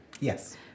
Yes